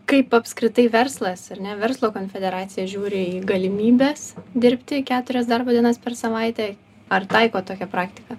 kaip apskritai verslas ar ne verslo konfederacija žiūri į galimybes dirbti keturias darbo dienas per savaitę ar taiko tokią praktiką